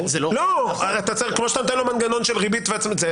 כמו שאתה נותן לו מנגנון של ריבית הצמדה,